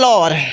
Lord